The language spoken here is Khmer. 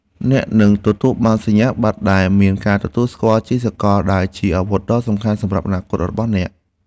អ្នកនឹងទទួលបានសញ្ញាបត្រដែលមានការទទួលស្គាល់ជាសកលដែលជាអាវុធដ៏សំខាន់សម្រាប់អនាគតរបស់អ្នក។